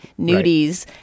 nudies